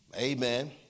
Amen